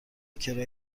کرایه